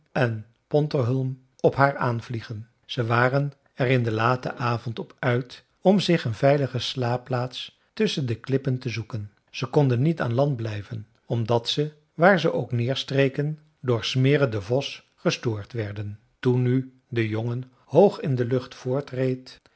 en pontarholm op haar aanvliegen zij waren er in den laten avond op uit om zich een veilige slaapplaats tusschen de klippen te zoeken ze konden niet aan land blijven omdat ze waar ze ook neerstreken door smirre den vos gestoord werden toen nu de jongen hoog in de lucht